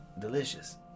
delicious